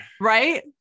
Right